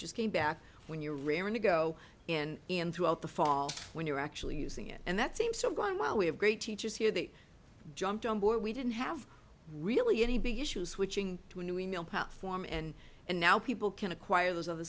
just came back when you're raring to go and in throughout the fall when you're actually using it and that seems so going well we have great teachers here that jumped on board we didn't have really any big issues switching to a new form and and now people can acquire those other